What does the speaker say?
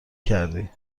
کردی